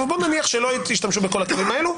אבל בואו נניח שלא השתמשו בכל הכלים האלו,